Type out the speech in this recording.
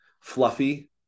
fluffy